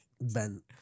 Ben